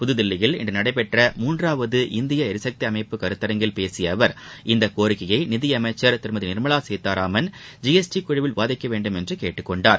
புதுதில்லியில் இன்று நடைபெற்ற மூன்றாவது இந்திய எரிசக்தி அமைப்பு கருத்தரங்கில் பேசிய அவர் இந்த கோரிக்கையை நிதி அமைச்சர் திருமதி நிர்மலா சீதாராமன் ஜிஎஸ்டி குழுவில் விவாதிக்க வேண்டும் என்று கேட்டுக்கொண்டார்